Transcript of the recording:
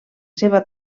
seva